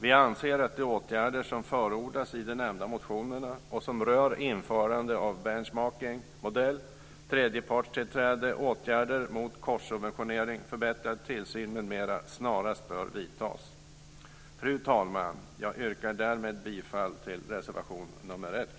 Vi anser att de åtgärder som förordas i den nämnda motionerna och som rör införande av benchmarking-modell, tredjepartstillträde, åtgärder mot korssubventionering, förbättrad tillsyn m.m. snarast bör vidtas. Fru talman! Jag yrkar därmed bifall till reservation 1.